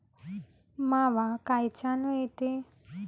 मावा कायच्यानं येते?